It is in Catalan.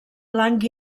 blanc